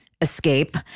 escape